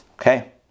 Okay